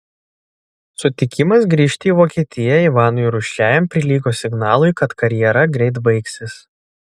sutikimas grįžti į vokietiją ivanui rūsčiajam prilygo signalui kad karjera greit baigsis